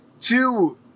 two